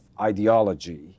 ideology